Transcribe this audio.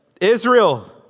Israel